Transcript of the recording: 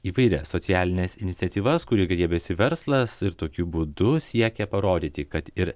įvairias socialines iniciatyvas kurių griebiasi verslas ir tokiu būdu siekia parodyti kad ir